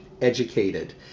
educated